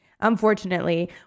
Unfortunately